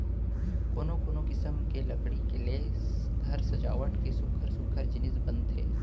कोनो कोनो किसम के लकड़ी ले घर सजावट के सुग्घर सुग्घर जिनिस बनथे